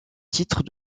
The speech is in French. titre